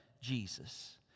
Jesus